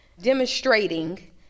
demonstrating